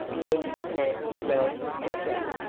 ned, nat, ralph, and jack,